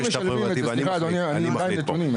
אני מחליט --- אני מדבר על נתונים,